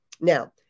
Now